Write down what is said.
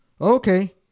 okay